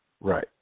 Right